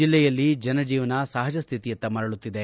ಜಿಲ್ಲೆಯಲ್ಲಿ ಜನ ಜೀವನ ಸಹಜ ಸ್ವಿತಿಯತ್ತ ಮರಳುತ್ತಿದೆ